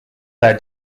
their